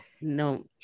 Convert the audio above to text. no